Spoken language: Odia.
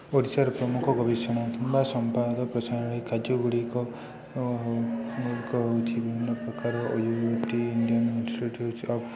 ଓଡ଼ିଶାର ପ୍ରମୁଖ ଗବେଷଣା କିମ୍ବା ସମ୍ପାଦ ପ୍ରଚାରରେ କାର୍ଯ୍ୟଗୁଡ଼ିକ ହେଉଛି ବିଭିନ୍ନପ୍ରକାର O U A T Indian institute of